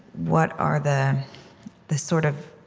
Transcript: what are the the sort of